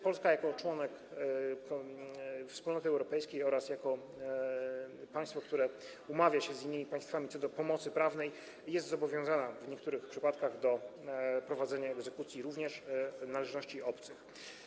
Polska jako członek Wspólnoty Europejskiej oraz jako państwo, które umawia się z innymi państwami co do pomocy prawnej, jest zobowiązana w niektórych przypadkach do prowadzenia egzekucji również należności obcych.